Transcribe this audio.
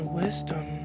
wisdom